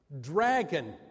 dragon